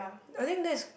I think that's